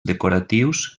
decoratius